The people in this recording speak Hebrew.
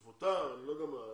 או לא יודע מה,